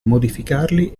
modificarli